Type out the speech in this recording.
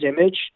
image